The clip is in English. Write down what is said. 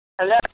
Hello